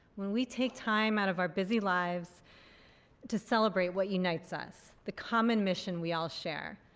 when we take time out of our busy lives to celebrate what unites us, the common mission we all share,